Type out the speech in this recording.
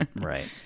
Right